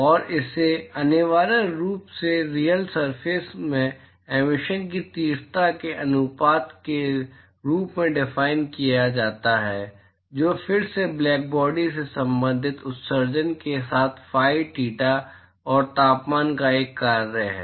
और इसे अनिवार्य रूप से रियल सरफेस से एमिशन की तीव्रता के अनुपात के रूप में डिफाइन किया जाता है जो फिर से ब्लैकबॉडी से संबंधित उत्सर्जन के साथ फाई थीटा और तापमान का एक कार्य है